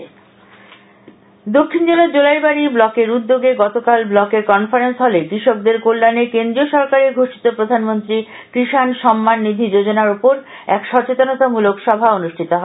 প্রধানমন্ত্রী কিষান সম্মান নিধি দক্ষিন জেলার জোলাইবাড়ি ব্লকের উদ্যোগে গতকাল ব্লকের কনফারেন্স হলে কৃষকদের কল্যানে কেন্দ্রীয় সরকারের ঘোষিত প্রধানমন্ত্রী কিষান সম্মান নিধি যোজনার উপর এক সচেতনতামূলক সভা অনুষ্ঠিত হয়